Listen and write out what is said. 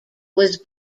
was